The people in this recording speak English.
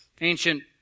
ancient